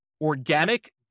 organic